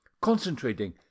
concentrating